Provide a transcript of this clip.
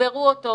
תתגברו אותו,